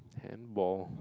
handball